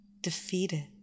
Defeated